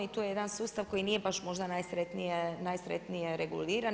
I tu je jedan sustav koji nije baš možda najsretnije reguliran.